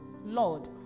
Lord